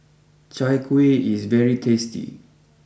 Chai Kuih is very tasty